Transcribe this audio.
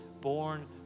born